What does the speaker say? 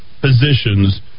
positions